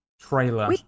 trailer